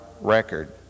record